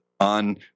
on